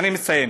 אני מסיים.